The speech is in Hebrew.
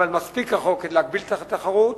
אבל מספיק רחוק כדי להגביר את התחרות.